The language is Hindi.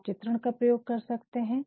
आप चित्रण का भी प्रयोग कर सकते है